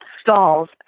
stalls